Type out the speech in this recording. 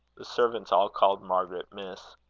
the servants all called margaret, miss.